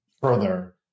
further